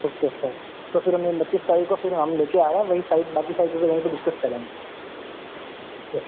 okay अच्छा है तो फिर हम पच्चीस तारीख को फ़िर हम ले के आएंगे वहीं पर सारी बाकी चीजें वहीं पर डिस्कस करेंगे ओके